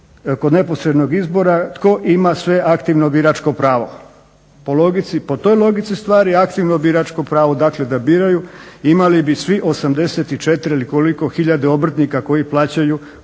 kod neposrednog izbora, tko ima sve aktivno biračko pravo. Po toj logici stvari aktivno biračko pravo, dakle da biraju imali bi svi 84000 obrtnika koji plaćaju